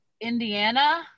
Indiana